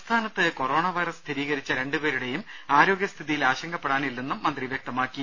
സംസ്ഥാനത്ത് corona virus സ്ഥിരീകരിച്ച രണ്ടുപേരുടെയും ആരോഗ്യസ്ഥിതിയിൽ ആശങ്കപ്പെടാനില്ലെന്നും മന്ത്രി വ്യക്തമാക്കി